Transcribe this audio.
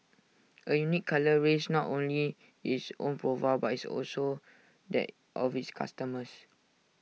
A unique colour raises not only its own profile but its also that of its customers